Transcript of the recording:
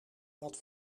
wat